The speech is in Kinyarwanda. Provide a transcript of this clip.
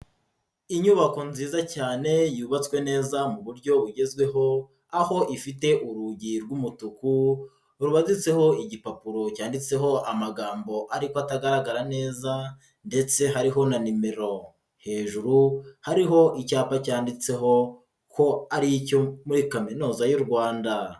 Inyubako nziza cyane yubatswe neza mu buryo bugezweho, aho ifite urugi rw'umutuku, rubaditseho igipapuro cyanditseho amagambo ariko atagaragara neza ndetse hariho na nimero, hejuru hariho icyapa cyanditseho ko ari icyo muri Kaminuza y'u Rwanda.